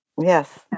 yes